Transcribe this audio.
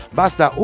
basta